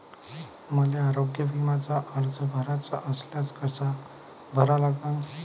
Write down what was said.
मले आरोग्य बिम्याचा अर्ज भराचा असल्यास कसा भरा लागन?